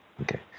Okay